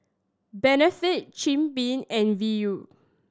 Benefit Jim Beam and Viu